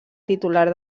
titular